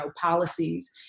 policies